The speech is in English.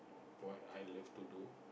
what I love to do